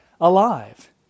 alive